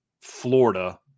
Florida